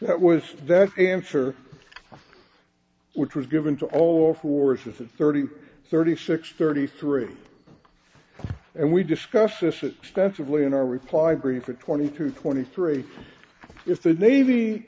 that was that answer which was given to all four sets of thirty thirty six thirty three and we discussed this extensively in our reply brief or twenty two twenty three is the navy